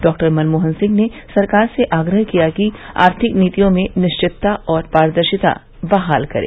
doctor Manmohan Singh ने सरकार से आग्रह किया कि आर्थिक नीतियों में निश्चितता और पारदर्शिता बहाल करे